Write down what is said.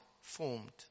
formed